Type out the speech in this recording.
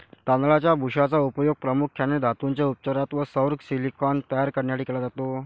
तांदळाच्या भुशाचा उपयोग प्रामुख्याने धातूंच्या उपचारात व सौर सिलिकॉन तयार करण्यासाठी केला जातो